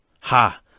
ha